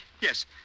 yes